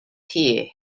here